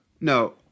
no